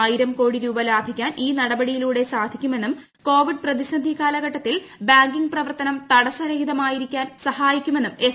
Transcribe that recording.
ആയിരം കോടി രൂപ ലാഭിക്കാൻ ഈ നടപടിയിലൂടെ സാധിക്കുമെന്നും കോവിഡ് പ്രതിസന്ധി കാലഘട്ടത്തിൽ ബാങ്കിങ് പ്രവർത്തനം തടസ്സരഹിതമായിരിക്കാൻ സഹായിക്കുമെന്നും എസ്